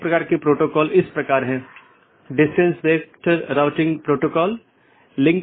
इन protocol के उदाहरण OSPF हैं और RIP जिनमे मुख्य रूप से इस्तेमाल किया जाने वाला प्रोटोकॉल OSPF है